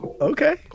Okay